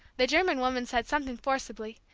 the german woman said something forcibly,